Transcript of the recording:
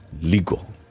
legal